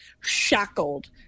shackled